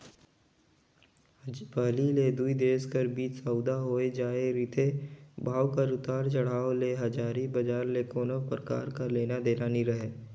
पहिली ले दुई देश कर बीच सउदा होए जाए रिथे, भाव कर उतार चढ़ाव आय ले हाजरी बजार ले कोनो परकार कर लेना देना नी रहें